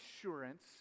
assurance